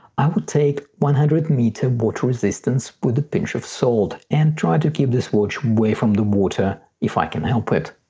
i would take one hundred meter water resistance with a pinch of salt and try to keep this watch away from the water if i can help it.